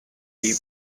deep